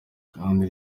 kandi